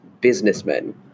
Businessmen